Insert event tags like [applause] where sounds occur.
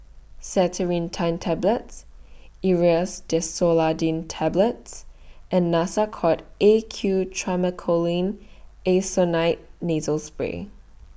[unintelligible] Tablets Aerius DesloratadineTablets and Nasacort A Q Triamcinolone Acetonide Nasal Spray